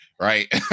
right